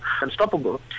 unstoppable